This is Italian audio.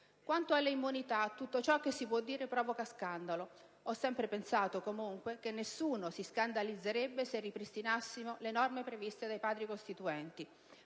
Quanto alle immunità, tutto ciò che si può dire provoca scandalo, ma ho sempre pensato, comunque, che nessuno si scandalizzerebbe se ripristinassimo le norme previste dai Padri costituenti.